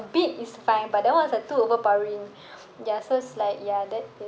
bit is fine but that one was like too overpowering ya so it's like ya that